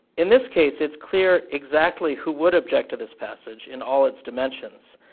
in this case, it's clear exactly who would object to this passage, in all its dimensions.